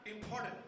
important